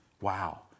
Wow